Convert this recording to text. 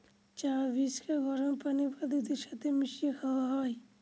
চা বীজকে গরম পানি বা দুধের সাথে মিশিয়ে খাওয়া হয়